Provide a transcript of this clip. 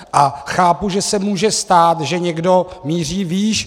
A chápu, že se může stát, že někdo míří výš.